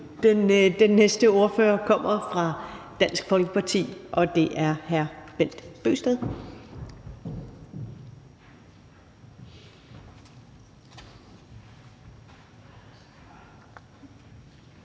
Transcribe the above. Den næste ordfører kommer fra Dansk Folkeparti, og det er hr. Bent Bøgsted.